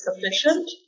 Sufficient